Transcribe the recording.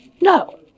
No